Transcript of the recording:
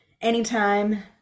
anytime